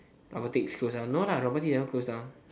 robotics close down no lah robotics never close down